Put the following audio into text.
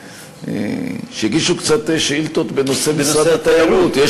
שיגישו קצת שאילתות בנושא משרד התיירות.